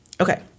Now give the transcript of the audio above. Okay